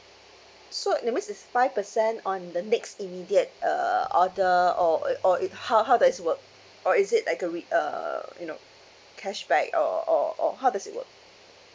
so that means is five percent on the next immediate uh order or it or it how how does it work or is it like a re~ uh you know cashback or or or how does it work